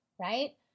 right